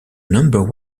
number